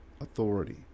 authority